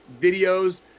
videos